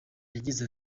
yagize